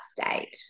state